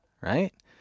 right